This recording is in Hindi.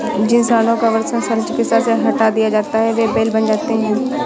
जिन साँडों का वृषण शल्य चिकित्सा से हटा दिया जाता है वे बैल बन जाते हैं